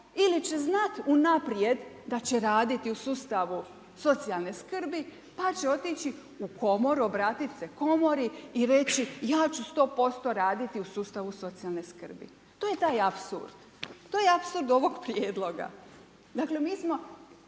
ili će znati unaprijed da će raditi u sustavu socijalne skrbi, pa će otići u komoru, obratiti se komori i reći ja ću 100% raditi u sustavu socijalne skrbi. To je taj apsurd. To je apsurd ovog prijedloga. Dakle, mi smo,